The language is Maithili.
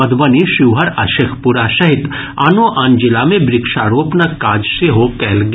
मधुबनी शिवहर आ शेखपुरा सहित आनो आन जिला मे वृक्षारोपणक सेहो काज कयल गेल